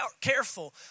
careful